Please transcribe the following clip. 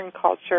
culture